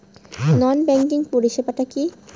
নন banking পরিষেবা টা কি?